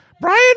Brian